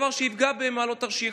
זה דבר שיפגע במעלות-תרשיחא.